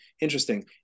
interesting